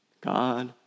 God